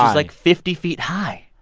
like, fifty feet high.